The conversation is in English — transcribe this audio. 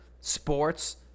sports